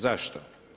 Zašto?